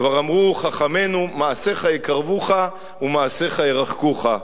כבר אמרו חכמינו: מעשיך יקרבוך ומעשיך ירחקוך.